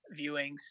viewings